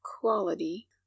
quality